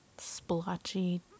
splotchy